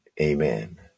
Amen